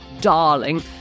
darling